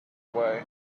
way